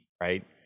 right